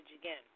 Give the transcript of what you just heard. again